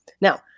Now